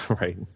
Right